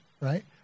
right